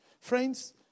Friends